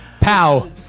Pow